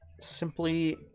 simply